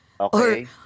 Okay